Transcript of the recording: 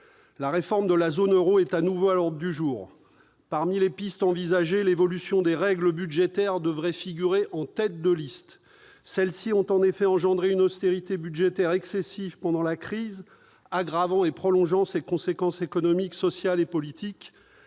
La réforme de la zone euro est à nouveau à l'ordre du jour. Parmi les pistes envisagées, l'évolution des règles budgétaires devrait figurer en tête de liste. Celles-ci ont en effet engendré une austérité budgétaire excessive pendant la crise, aggravant et prolongeant ses conséquences économiques, sociales et politiques